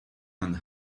and